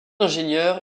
ingénieur